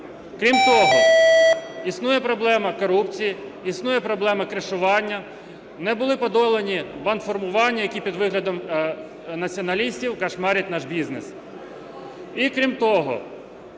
Крім того, існує проблема корупції, існує проблема "кришування", не були подолані бандформування, які під виглядом націоналістів "кошмарять" наш бізнес.